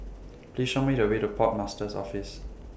Please Show Me The Way to Port Master's Office